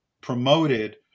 promoted